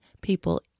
people